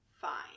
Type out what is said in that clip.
fine